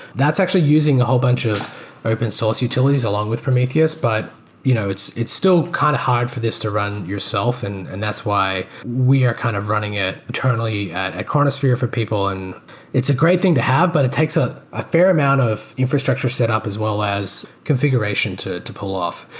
that's actually using a whole bunch of open source utilities along with prometheus, but you know it's it's still kind of hard for this to run yourself and and that's why we are kind of running it internally at at chronosphere for people and it's a great thing to have, but it takes ah a fair amount of infrastructure set up, as well as configuration to to pull off.